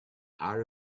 are